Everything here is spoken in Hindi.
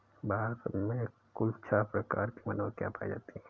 भारत में कुल छः प्रकार की मधुमक्खियां पायी जातीं है